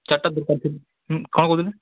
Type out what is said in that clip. ଚାରିଟା ଦରକାର ଥିଲା କ'ଣ କହୁଥିଲେ